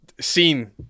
scene